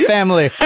Family